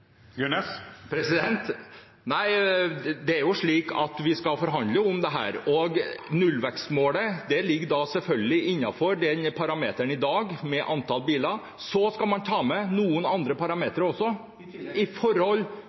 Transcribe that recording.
Gunnes nå egentlig prøver å forklare? Det er jo slik at vi skal forhandle om dette, og nullvekstmålet ligger selvfølgelig innenfor den parameteren i dag med antall biler. Så skal man i tillegg ta med noen andre